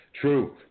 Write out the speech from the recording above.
True